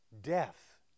Death